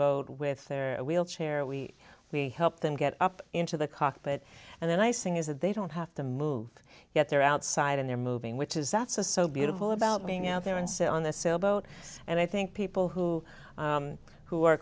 boat with their wheelchair we we helped them get up into the cockpit and then icing is that they don't have to move yet they're outside and they're moving which is that's a so beautiful about being out there and sit on the sailboat and i think people who who are